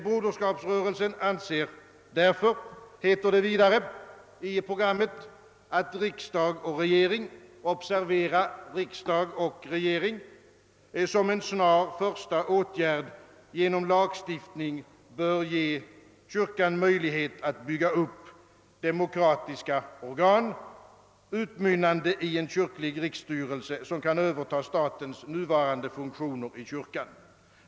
Broderskapsrörelsen anser, heter det vidare i programmet, att riksdag och regering — observera riksdag och regering — som en snar första åtgärd genom lagstiftning bör ge kyrkan möjlighet att bygga upp demokratiska organ, utmynnande i en kyrklig riksstyrelse som kan överta statens nuvarande funktioner i kyrkan.